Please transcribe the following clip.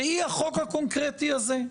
שהיא החוק הקונקרטי הזה.